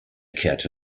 kehrte